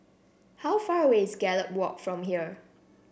how far away is Gallop Walk from here